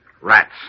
Rats